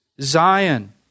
Zion